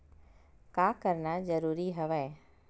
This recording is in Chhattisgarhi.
का करना जरूरी हवय?